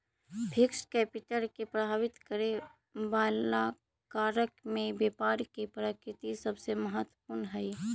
fixed capital के प्रभावित करे वाला कारक में व्यापार के प्रकृति सबसे महत्वपूर्ण हई